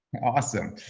awesome.